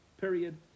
Period